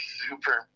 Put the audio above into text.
super